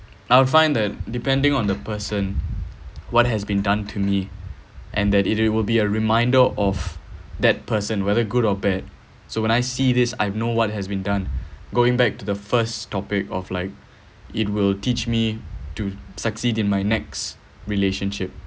I'll find that depending on the person what has been done to me and that it will be a reminder of that person whether good or bad so when I see this I have know what has been done going back to the first topic of like it will teach me to succeed in my next relationship